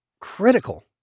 critical